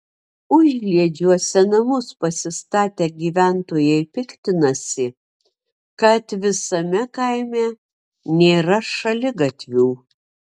užliedžiuose namus pasistatę gyventojai piktinasi kad visame kaime nėra šaligatvių